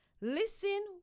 Listen